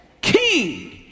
king